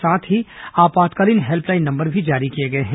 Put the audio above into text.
साथ ही आपातकालीन हेल्पलाइन नंबर भी जारी किए गए हैं